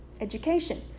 education